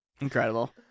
Incredible